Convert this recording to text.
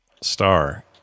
Star